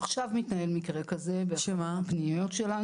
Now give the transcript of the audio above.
עכשיו מתנהל מקרה כזה באחת הפנימיות שלנו.